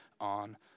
on